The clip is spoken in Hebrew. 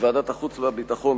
בוועדת החוץ והביטחון,